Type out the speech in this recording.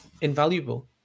invaluable